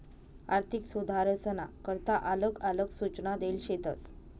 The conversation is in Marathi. आर्थिक सुधारसना करता आलग आलग सूचना देल शेतस